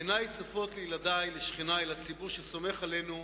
עיני צופות לילדי, לשכני ולציבור שסומך עלינו,